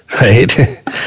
right